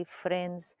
friends